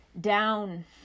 down